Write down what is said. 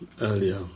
earlier